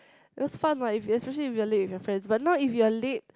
it was fun but if especially you're late with your friends but now if you're late